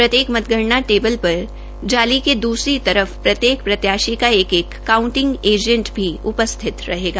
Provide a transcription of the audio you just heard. प्रत्येक मतगणना टेबल पर जाली के दुसरी तरफ प्रत्येक प्रत्याशी का एक एक काऊंटिंग एजेंट भी उपस्थित रहेगा